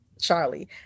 Charlie